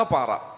Para